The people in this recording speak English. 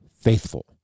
faithful